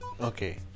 Okay